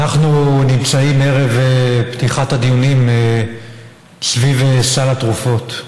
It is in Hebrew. אנחנו נמצאים ערב פתיחת הדיונים סביב סל התרופות,